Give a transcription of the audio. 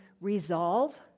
resolve